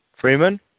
Freeman